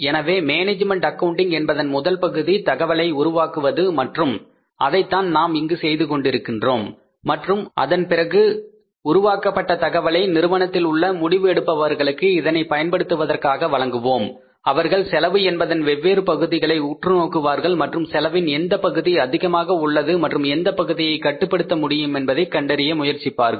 எனவே management accounting என்பதன் முதல் பகுதி தகவலை உருவாக்குவது மற்றும் அதைத்தான் நாம் இங்கு செய்து கொண்டிருக்கின்றோம் மற்றும் அதன் பிறகு உருவாக்கப்பட்ட தகவலை நிறுவனத்தில் உள்ள முடிவு எடுப்பவர்களுக்கு இதனை பயன்படுத்துவதற்காக வழங்குவோம் அவர்கள் செலவு என்பதன் வெவ்வேறு பகுதிகளை உற்று நோக்குவார்கள் மற்றும் செலவின் எந்த பகுதி அதிகமாக உள்ளது மற்றும் எந்த பகுதியை கட்டுப்படுத்த முடியும் என்பதை கண்டறிய முயற்சிப்பார்கள்